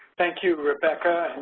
thank you rebecca,